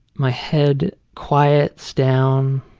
my head quiets down.